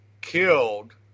killed